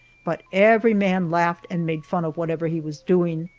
but every man laughed and made fun of whatever he was doing.